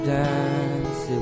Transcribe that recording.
dance